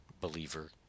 believer